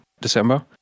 December